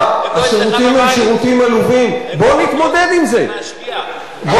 ופה יש לך בבית,